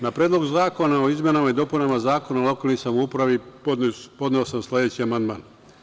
Na Predlog zakona o izmenama i dopunama Zakona o lokalnoj samoupravi podneo sam sledeći amandman.